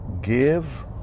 Give